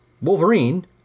Wolverine